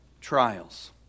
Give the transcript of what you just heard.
trials